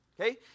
okay